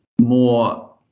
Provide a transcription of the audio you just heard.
more